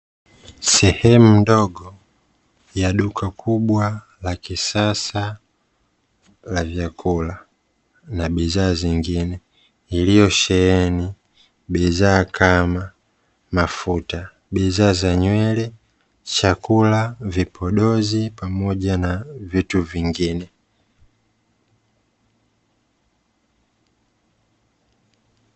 Sehemu ndogo ya duka kubwa la kisasa la vyakula na bidhaa zingine, iliyosheheni bidhaa kama; mafuta, bidhaa za nywele, chakula, vipodozi pamoja na vitu vingine.